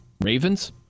Ravens